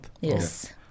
Yes